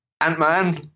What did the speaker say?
Ant-Man